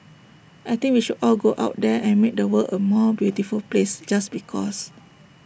I think we should all go out there and make the world A more beautiful place just because